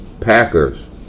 Packers